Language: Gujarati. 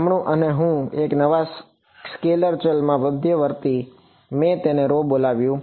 જમણું અને હું એક નવા સ્કેલર ચલમાં મધ્યવર્તી મેં તેને બોલાવ્યું